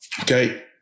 Okay